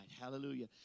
Hallelujah